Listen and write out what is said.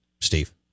Steve